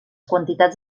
quantitats